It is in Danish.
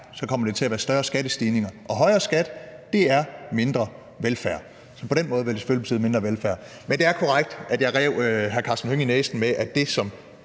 Så kommer det til at være større skattestigninger, og højere skat er mindre velfærd. Så på den måde vil det selvfølgelig betyde mindre velfærd. Men det er korrekt, at jeg rev hr. Karsten Hønge den i næsen: Det, som